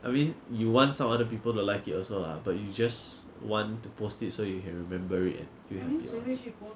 I mean you want some other people to like it also lah but you just want to post it so you can remember it and feel happy about it